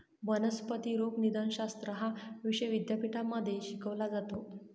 वनस्पती रोगनिदानशास्त्र हा विषय विद्यापीठांमध्ये शिकवला जातो